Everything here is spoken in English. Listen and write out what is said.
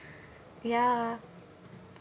ya